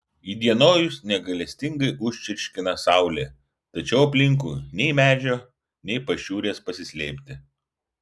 įdienojus negailestingai užčirškina saulė tačiau aplinkui nei medžio nei pašiūrės pasislėpti